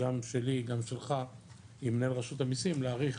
גם שלי וגם שלך עם מנהל רשות המיסים להאריך